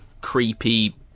creepy